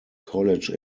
college